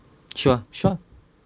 sure sure